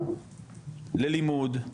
ללימוד,